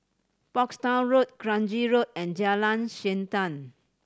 Portsdown Road Kranji Road and Jalan Siantan